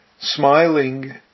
Smiling